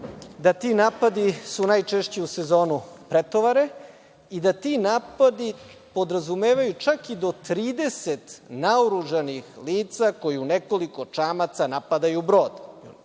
da ti napadi su najčešće u sezoni pretovare i da ti napadi podrazumevaju čak i do 30 naoružanih lica koji u nekoliko čamaca napadaju brod.